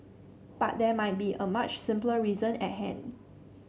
but there might be a much simpler reason at hand